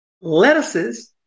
lettuces